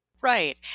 Right